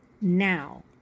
now